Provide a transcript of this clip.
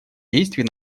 действий